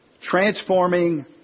transforming